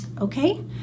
okay